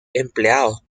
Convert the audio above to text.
empleados